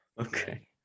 okay